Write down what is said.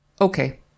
Okay